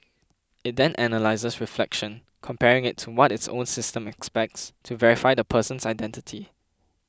it then analyses reflection comparing it to what its own system expects to verify the person's identity